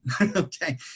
Okay